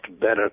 better